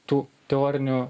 tų teorinių